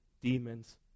demons